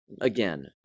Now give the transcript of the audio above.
Again